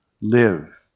live